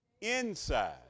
inside